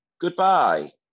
goodbye